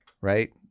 Right